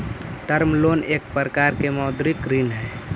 term loan एक प्रकार के मौदृक ऋण हई